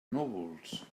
núvols